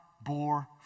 bore